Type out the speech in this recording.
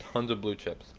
and blue chips,